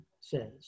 says